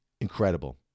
incredible